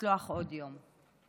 לצלוח עוד יום.